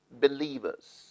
believers